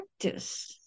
practice